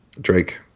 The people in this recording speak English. Drake